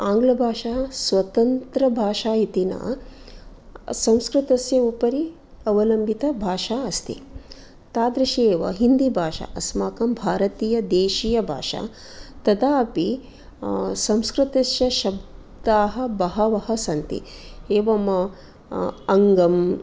आङ्लभाषा स्वतन्त्रभाषा इति न संस्कृतस्य उपरि अवलम्बितभाषा अस्ति तादृशी एव हिन्दी भाषा अस्माकं भारतीय देशीय भाषा तदा अपि संस्कृतस्य शब्दाः बहवः सन्ति एवं अङ्गम्